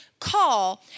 Call